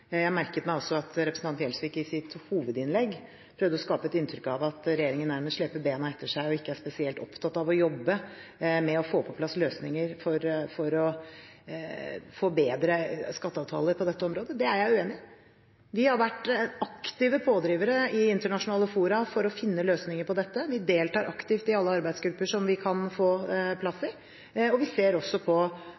Jeg merket meg også at representanten Gjelsvik i sitt hovedinnlegg prøvde å skape et inntrykk av at regjeringen nærmest sleper bena etter seg og ikke er spesielt opptatt av å jobbe med å få på plass løsninger for å få bedre skatteavtaler på dette området. Det er jeg uenig i. Vi har vært aktive pådrivere i internasjonale fora for å finne løsninger på dette. Vi deltar aktivt i alle arbeidsgrupper som vi kan få plass